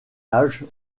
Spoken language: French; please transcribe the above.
âge